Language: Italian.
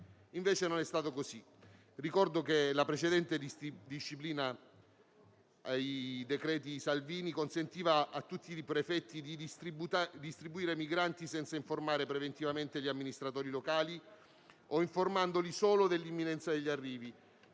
Invece non è stato così. Ricordo che la disciplina precedente rispetto ai decreti Salvini consentiva a tutti i prefetti di distribuire i migranti senza informare preventivamente gli amministratori locali o informandoli solo nell'imminenza degli arrivi.